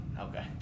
Okay